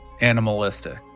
animalistic